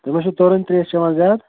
تُہۍ ما چھِو تُرٕنۍ ترٛیش چٮ۪وان زیادٕ